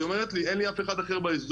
היא אומרת לי: 'אין לי אף אחד אחר באזור',